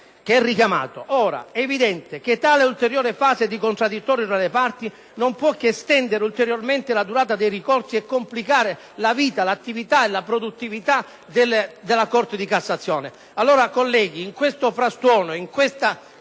disegno di legge). Ora, eevidente che tale ulteriore fase di contraddittorio tra le parti non puo che estendere ulteriormente la durata del ricorso e complicare la vita, l’attivitae la produttivita della Corte di cassazione.